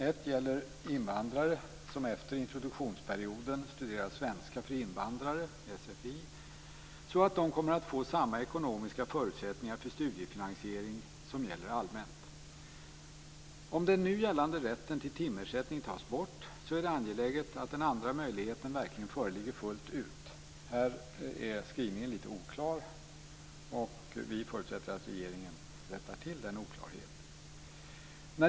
Ett gäller invandrare som efter introduktionsperioden studerat svenska för invandrare, sfi, så att de kommer att få samma ekonomiska förutsättningar för studiefinansiering som gäller allmänt. Om den nu gällande rätten till timersättning tas bort är det angeläget att den andra möjligheten verkligen föreligger fullt ut. Här är skrivningen litet oklar, och Miljöpartiet förutsätter att regeringen rättar till den oklarheten.